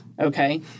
okay